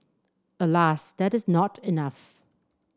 alas that is not enough